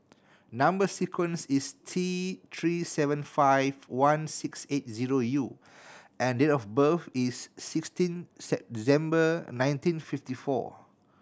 number sequence is T Three seven five one six eight zero U and date of birth is sixteen December nineteen fifty four